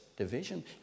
division